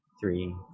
Three